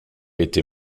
été